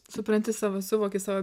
supranti savo suvoki savo